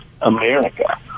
America